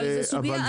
אבל זו סוגיה.